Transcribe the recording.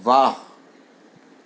વાહ